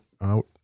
out